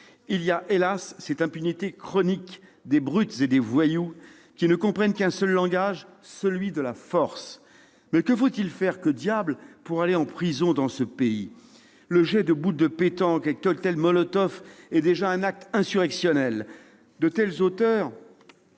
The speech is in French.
Il y a, hélas ! une impunité chronique des brutes et des voyous, qui ne comprennent qu'un seul langage : celui de la force. Mais que diable faut-il faire pour aller en prison dans ce pays ? Le jet de boules de pétanque et de cocktails Molotov est déjà un acte insurrectionnel. Les auteurs